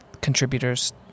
contributors